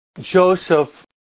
Joseph